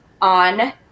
on